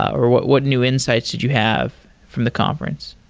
or what what new insights did you have from the conference?